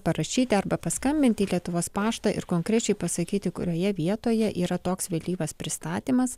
parašyti arba paskambinti į lietuvos paštą ir konkrečiai pasakyti kurioje vietoje yra toks vėlyvas pristatymas